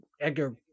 Edgar